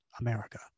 America